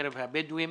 בקרב הבדואים